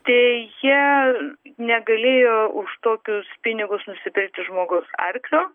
deja negalėjo už tokius pinigus nusipirkti žmogus arklio